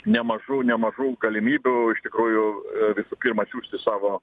nemažų nemažų galimybių iš tikrųjų visų pirma atsiųsti savo